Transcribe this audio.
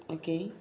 okay